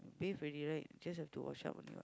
bathe already right just have to wash up only what